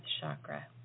chakra